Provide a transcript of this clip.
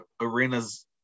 arena's